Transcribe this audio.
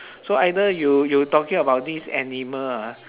so either you you talking about this animal ah